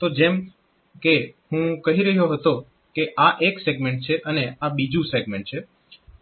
તો જેમ કે હું કહી રહ્યો હતો કે આ એક સેગમેન્ટ છે અને આ બીજુ સેગમેન્ટ છે